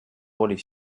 волей